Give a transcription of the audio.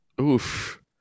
Oof